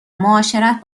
معاشرت